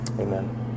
Amen